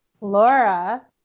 Laura